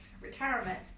retirement